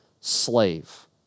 Slave